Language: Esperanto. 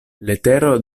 letero